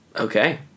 Okay